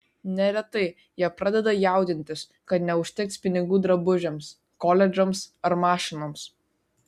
neretai jie pradeda jaudintis kad neužteks pinigų drabužiams koledžams ar mašinoms